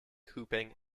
hooping